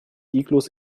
iglus